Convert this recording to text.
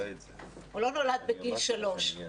הוא לא נולד בגיל שלוש,